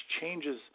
changes